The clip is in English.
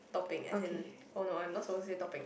topping as in oh no I'm not supposed to say topping